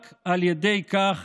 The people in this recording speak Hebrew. רק על ידי כך